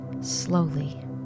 slowly